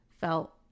felt